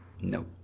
no